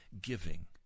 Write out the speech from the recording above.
giving